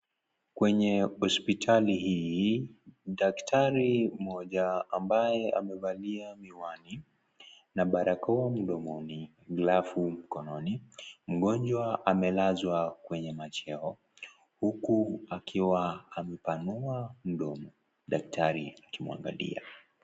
Kwenye hospitali hii, daktari mmoja ambaye amevalia miwani, na barakoa mdomoni, glavu mkononi, mgonjwa amelazwa kwenye macheo, huku akiwa amepanua mdomo, daktari akimwangalia.